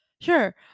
sure